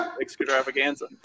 extravaganza